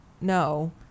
no